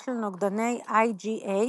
יש לנוגדני IgA